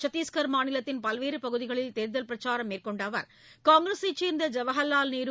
சத்தீஷ்கட் மாநிலத்தின் பல்வேறு பகுதிகளில் தேர்தல் பிரச்சாரம் மேற்கொண்ட அவர் காங்கிரசை சேர்ந்த ஜவஹா்வால் நேரு